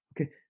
okay